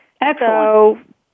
Excellent